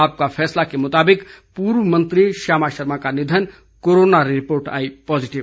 आपका फैसला के मुताबिक पूर्व मंत्री श्यामा शर्मा का निधन कोरोना रिपोर्ट आई पॉजिटिव